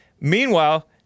Meanwhile